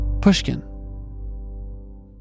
Pushkin